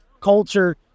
culture